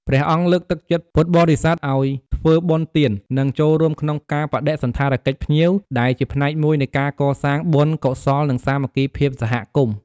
ពុទ្ធបរិស័ទដើរតួនាទីយ៉ាងសំខាន់ក្នុងការអនុវត្តកិច្ចការជាក់ស្ដែងក្នុងការទទួលបដិសណ្ឋារកិច្ច និងផ្ដល់ភាពងាយស្រួលដល់ភ្ញៀវ។